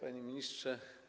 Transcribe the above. Panie Ministrze!